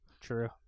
True